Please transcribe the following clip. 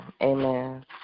Amen